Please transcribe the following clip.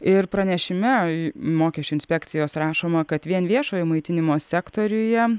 ir pranešime mokesčių inspekcijos rašoma kad vien viešojo maitinimo sektoriuje